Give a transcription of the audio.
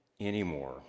anymore